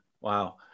wow